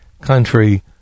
country